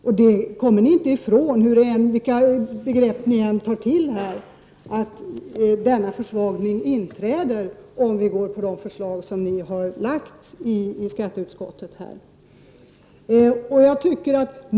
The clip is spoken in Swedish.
Vilka begrepp ni än tar till kommer ni inte ifrån att denna försvagning inträder om vi följer de förslag ni har lagt fram i skatteutskottet.